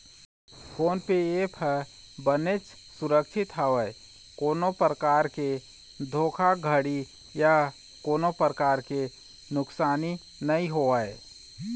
phone पे app ह बनेच सुरक्छित हवय कोनो परकार के धोखाघड़ी या कोनो परकार के नुकसानी नइ होवय